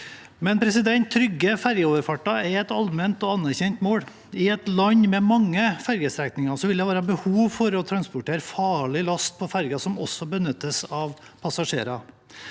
til. Trygge fergeoverfarter er et allment og anerkjent mål. I et land med mange fergestrekninger vil det være behov for å transportere farlig last på ferger som også benyttes av passasjerer.